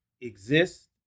exists